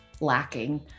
lacking